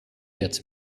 jetzt